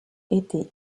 été